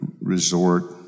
resort